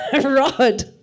Rod